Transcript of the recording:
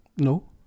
No